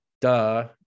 duh